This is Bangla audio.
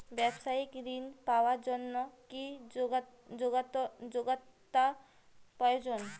ব্যবসায়িক ঋণ পাওয়ার জন্যে কি যোগ্যতা প্রয়োজন?